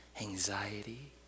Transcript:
Anxiety